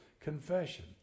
confession